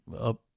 up